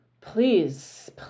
Please